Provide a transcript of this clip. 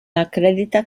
acredita